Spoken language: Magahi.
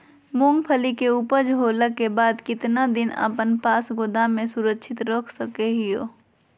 मूंगफली के ऊपज होला के बाद कितना दिन अपना पास गोदाम में सुरक्षित रख सको हीयय?